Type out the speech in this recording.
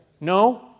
No